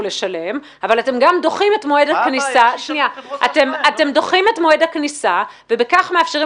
לשלם אבל גם אתם דוחים את מועד הכניסה ובכך מאפשרים